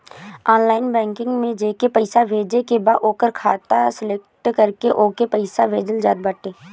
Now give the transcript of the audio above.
online banking में जेके पईसा भेजे के बा ओकर खाता सलेक्ट करके ओके पईसा भेजल जात बाटे